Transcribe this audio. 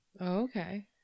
Okay